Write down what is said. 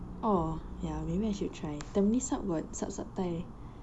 oh ya maybe I should try tampines hub got saap saap thai